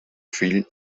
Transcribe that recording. fill